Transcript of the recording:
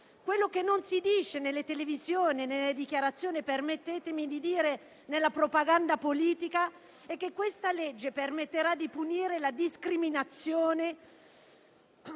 Quello che non si dice nelle televisioni, nelle dichiarazioni e - permettetemi di dirlo - nella propaganda politica, è che il disegno di legge in esame permetterà di punire la discriminazione